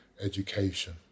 education